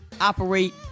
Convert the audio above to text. operate